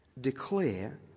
declare